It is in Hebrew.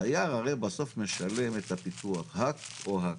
הדייר הרי בסוף משלם את הפיתוח, האק או האק.